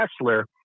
Kessler